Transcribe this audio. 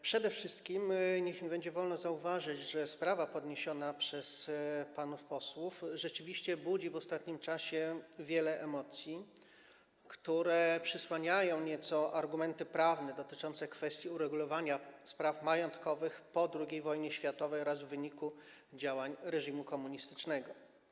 Przede wszystkim niech mi będzie wolno zauważyć, że sprawa podniesiona przez panów posłów rzeczywiście budzi w ostatnim czasie wiele emocji, które przesłaniają nieco argumenty prawne dotyczące kwestii uregulowania spraw majątkowych po II wojnie światowej oraz działaniach reżimu komunistycznego.